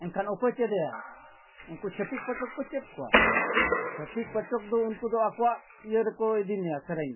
ᱮᱱᱠᱷᱟᱱ ᱚᱠᱚᱭ ᱪᱮᱫᱮᱭᱟᱭ ᱩᱱᱠᱩ ᱪᱷᱟᱹᱛᱤᱠ ᱯᱟᱹᱴᱚᱠ ᱠᱚ ᱪᱮᱫ ᱠᱚᱣᱟ ᱪᱷᱟᱹᱛᱤᱠ ᱯᱟᱹᱴᱚᱠ ᱫᱚ ᱩᱱᱠᱩ ᱫᱚ ᱟᱠᱚᱣᱟᱜ ᱤᱭᱟᱹ ᱨᱮᱠᱚ ᱤᱫᱤ ᱢᱮᱭᱟ ᱥᱮᱨᱮᱧ ᱨᱮ